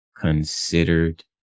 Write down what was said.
considered